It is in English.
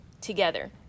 together